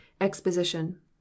Exposition